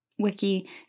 wiki